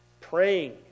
Praying